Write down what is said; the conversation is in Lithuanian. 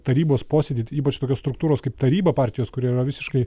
tarybos posėdy ypač tokios struktūros kaip taryba partijos kuri yra visiškai